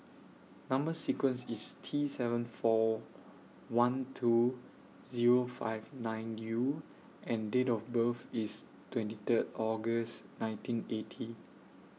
Number sequence IS T seven four one two Zero five nine U and Date of birth IS twenty Third August nineteen eighty